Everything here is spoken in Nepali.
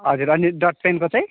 हजुर अनि डटपेनको चाहिँ